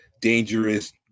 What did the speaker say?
dangerous